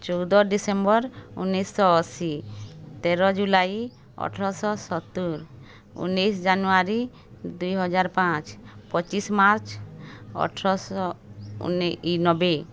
ଚଉଦ ଡିସେମ୍ବର ଉଣେଇଶ ଶହ ଅଶୀ ତେର ଜୁଲାଇ ଅଠର ଶହ ସତୁରି ଉଣେଇଶି ଜାନୁଆରୀ ଦୁଇ ହଜାର ପାଞ୍ଚ ପଚିଶି ମାର୍ଚ୍ଚ ଅଠରଶହ ନବେ